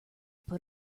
put